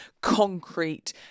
concrete